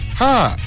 ha